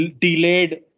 delayed